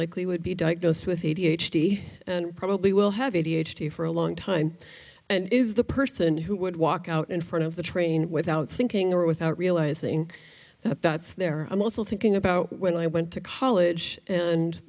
likely would be diagnosed with eighty h d and probably will have a d h d for a long time and is the person who would walk out in front of the train without thinking or without realizing that that's there i'm also thinking about when i went to college and